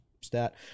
stat